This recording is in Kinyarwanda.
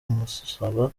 amusaba